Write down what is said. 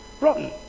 rotten